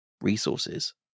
resources